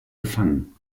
gefangen